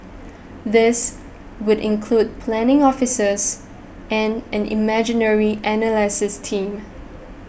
these would include planning officers and an imagery analysis team